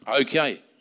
Okay